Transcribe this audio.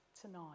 tonight